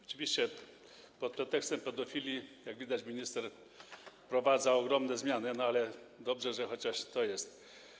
Oczywiście pod pretekstem pedofilii - jak widać - minister wprowadza ogromne zmiany, ale dobrze, że chociaż to jest.